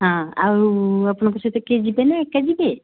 ହଁ ଆଉ ଆପଣଙ୍କ ସହିତ କିଏ ଯିବେନା ଏକା ଯିବେ